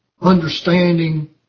understanding